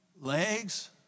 legs